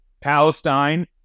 Palestine